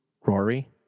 Rory